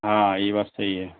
ہاں یہ بات صحیح ہے